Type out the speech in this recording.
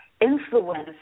influence